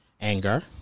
anger